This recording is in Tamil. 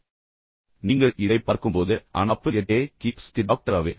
எனவே நீங்கள் இதைப் பார்க்கும்போது an apple a day keeps the doctor away